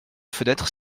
fenêtre